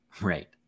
right